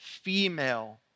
Female